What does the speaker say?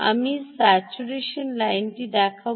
আমি স্যাচুরেশন লাইনটি দেখাব